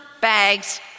bags